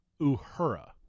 Uhura